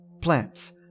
Plants